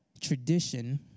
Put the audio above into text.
tradition